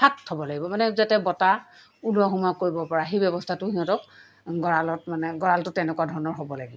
ফাট থ'ব লাগিব মানে যাতে বতাহ ওলোৱা সোমোৱা কৰিব পৰা সেই ব্যৱস্থাটো সিহঁতক গঁড়ালত মানে গঁড়ালটো তেনেকুৱা ধৰণৰ হ'ব লাগিব